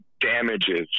damages